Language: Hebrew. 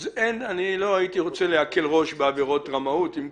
אני לא הייתי רוצה להקל ראש בעבירות רמאות, אבל...